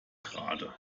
gerade